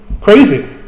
crazy